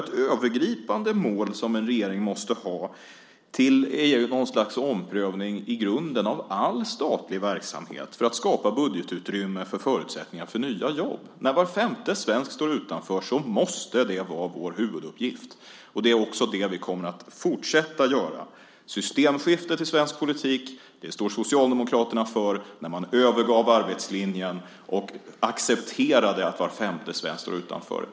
Det övergripande mål som en regering måste ha är att göra något slags omprövning i grunden av all statlig verksamhet för att skapa budgetutrymme för förutsättningar för nya jobb. När var femte står utanför måste det vara vår huvuduppgift. Det är också det vi kommer att fortsätta att göra. Systemskiftet i svensk politik stod Socialdemokraterna för när man övergav arbetslinjen och accepterade att var femte svensk står utanför.